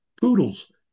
poodles